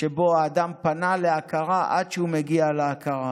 מאז שהאדם פנה להכרה עד שהוא מגיע להכרה